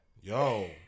yo